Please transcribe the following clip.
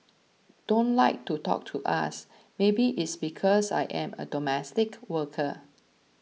don't like to talk to us maybe it's because I am a domestic worker